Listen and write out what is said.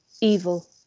evil